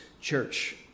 church